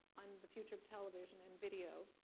um the future of television and video.